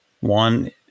one